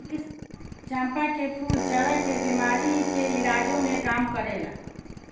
चंपा के फूल चरक के बेमारी के इलाजो में काम करेला